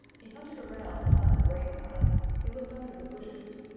he hunted around behind the great pine, he looked under the bushes,